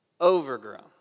Overgrown